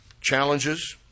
challenges